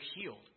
healed